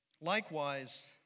likewise